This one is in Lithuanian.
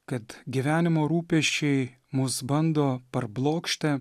kad gyvenimo rūpesčiai mus bando parblokšti